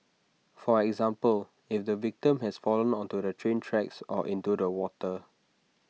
for example if the victim has fallen onto the train tracks or into the water